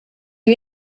you